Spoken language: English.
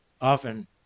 often